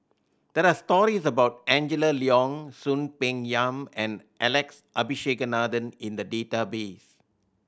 there are stories about Angela Liong Soon Peng Yam and Alex Abisheganaden in the database